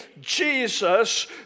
Jesus